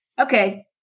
Okay